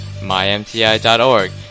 mymti.org